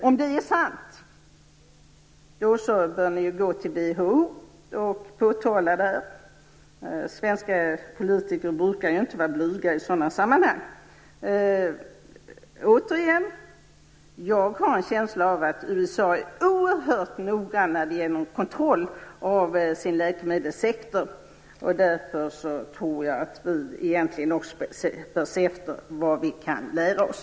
Om det är sant bör ni gå till VHO och påtala det. Svenska politiker brukar inte vara blyga i sådana sammanhang. Återigen vill jag säga att jag har en känsla av att man i USA är oerhört noggrann när det gäller kontroll av läkemedelssektorn. Därför tror jag att vi egentligen bör se efter vad vi kan lära oss.